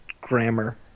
grammar